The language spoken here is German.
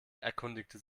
erkundigte